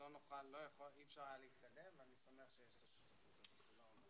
אי אפשר היה להתקדם ואני שמח שיש את שיתוף הפעולה הזה.